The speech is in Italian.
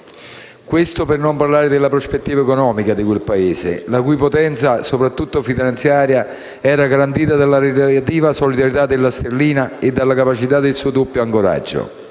Questo per non parlare della prospettiva economica di quel Paese, la cui potenza, soprattutto finanziaria, era garantita dalla relativa solidità della sterlina e dalla capacità del suo doppio ancoraggio